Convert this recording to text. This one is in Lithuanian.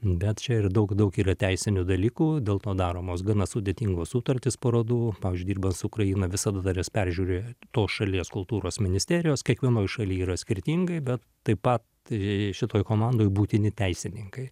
bet čia ir daug daug yra teisinių dalykų dėl to daromos gana sudėtingos sutartys parodų pavyzdžiui dirbant su ukraina visada dar jas peržiūri tos šalies kultūros ministerijos kiekvienoj šalyje yra skirtingai bet taip pat tai šitoj komandoj būtini teisininkai